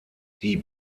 die